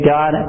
God